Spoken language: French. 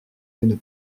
une